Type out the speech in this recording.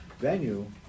venue